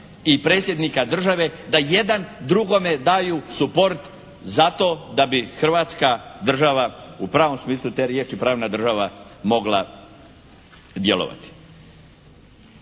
i predsjednika države da jedan drugome daju suport zato da bi Hrvatska država u pravom smislu te riječi, pravna država mogla djelovati.